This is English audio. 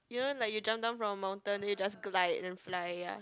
you know like you jump down from a mountain then you just glide then fly ya